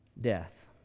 death